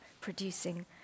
producing